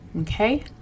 okay